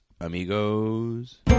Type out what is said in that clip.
amigos